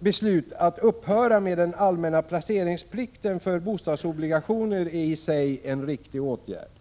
beslut att upphöra med den allmänna placeringsplikten för bostadsobligationer är i sig en riktig åtgärd.